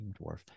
dwarf